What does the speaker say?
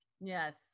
yes